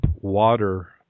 water